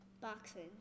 Boxing